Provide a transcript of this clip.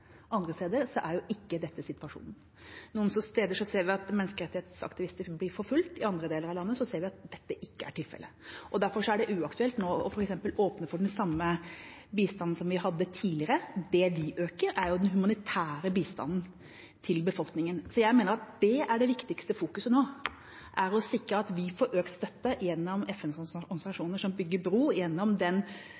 andre steder er ikke dette situasjonen. Noen steder ser vi at menneskerettighetsaktivister blir forfulgt, i andre deler av landet ser vi at dette ikke er tilfellet. Derfor er det uaktuelt nå f.eks. å åpne for den samme bistanden som vi hadde tidligere. Det vi øker, er den humanitære bistanden til befolkningen. Jeg mener at det viktigste fokuset nå er å sikre at de får økt støtte gjennom